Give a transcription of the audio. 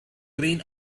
green